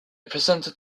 presented